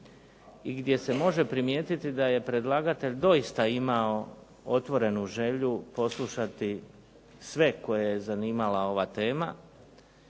i gdje se može primijetiti da je predlagatelj doista imao otvorenu želju poslušati sve koje je zanimala ova tema